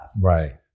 right